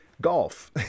golf